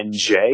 NJ